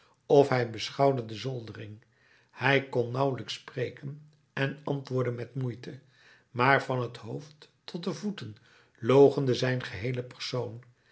of hij beschouwde de zoldering hij kon nauwelijks spreken en antwoordde met moeite maar van t hoofd tot de voeten loochende zijn geheele persoon